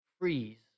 freeze